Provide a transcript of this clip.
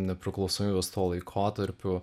nepriklausomybės tuo laikotarpiu